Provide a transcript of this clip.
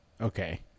Okay